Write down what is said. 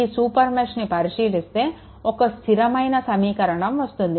ఈ సూపర్ మెష్ని పరిష్కరిస్తే ఒక స్థిరమైన సమీకరణం వస్తుంది